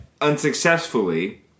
Unsuccessfully